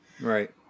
Right